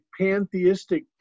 pantheistic